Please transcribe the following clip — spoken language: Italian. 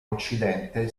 occidente